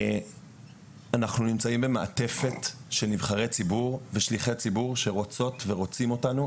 אנחנו נמצאים במעטפת של נבחרי ציבור ושליחי ציבור שרוצים אותנו,